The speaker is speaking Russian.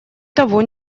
того